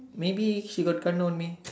maybe he got on me